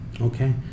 okay